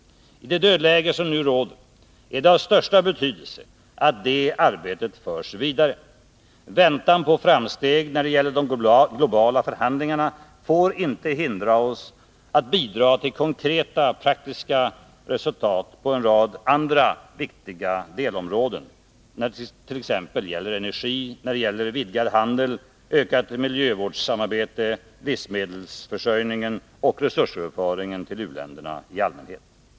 I det dödläge som nu råder är det av största betydelse att det arbetet förs vidare. Väntan på framsteg vad gäller de globala förhandlingarna får inte hindra oss att bidra till konkreta och praktiska resultat på en rad andra viktiga delområden, som t.ex. när det gäller energi, vidgad handel, ökat miljövårdssamarbete, livsmedelsförsörjningen och resursöverföringen till uländerna i allmänhet.